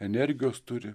energijos turi